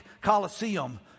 coliseum